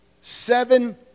seven